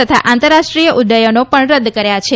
તથા આંતરરાષ્ટ્રીય ઉડ્ડયનો પણ રદ કર્યા છે